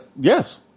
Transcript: Yes